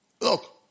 Look